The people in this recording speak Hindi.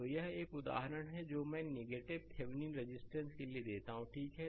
तो यह एक उदाहरण है जो मैं नेगेटिव थेविनीन रजिस्टेंस के लिए देता हूं ठीक है